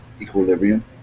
Equilibrium